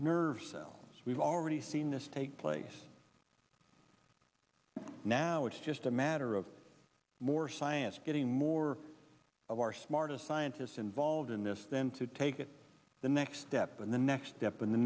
as we've already seen this take place yes now it's just a matter of more science getting more of our smartest scientists involved in this then to take it the next step and the next step in the